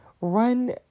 run